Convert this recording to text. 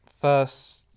first